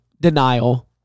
denial